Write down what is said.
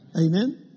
Amen